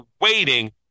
waiting